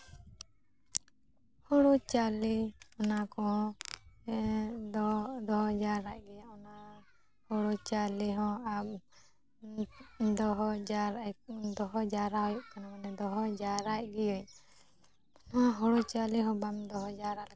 ᱦᱳᱲᱳ ᱪᱟᱣᱞᱮ ᱚᱱᱟ ᱠᱚᱦᱚᱸ ᱫᱚᱦᱚ ᱡᱟᱣᱨᱟᱭ ᱜᱤᱭᱟᱹᱧ ᱚᱱᱟ ᱚᱱᱟ ᱦᱳᱲᱳ ᱪᱟᱣᱞᱮ ᱦᱚᱸ ᱫᱚᱦᱚ ᱫᱚᱦᱚ ᱡᱟᱣᱨᱟᱭ ᱜᱤᱭᱟᱹᱧ ᱫᱚᱦᱚ ᱡᱟᱣᱨᱟ ᱦᱩᱭᱩᱜ ᱠᱟᱱᱟ ᱢᱟᱱᱮ ᱫᱚᱦᱚ ᱡᱟᱣᱨᱟᱭᱮᱫ ᱜᱤᱭᱟᱹᱧ ᱱᱚᱣᱟ ᱦᱳᱲᱳ ᱪᱟᱣᱞᱮ ᱦᱚᱸ ᱵᱟᱢ ᱫᱚᱦᱚ ᱡᱟᱣᱨᱟ ᱞᱮᱠᱷᱟᱱ